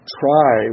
try